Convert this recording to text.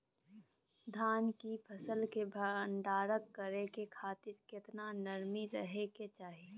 धान की फसल के भंडार करै के खातिर केतना नमी रहै के चाही?